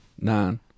Nine